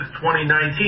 2019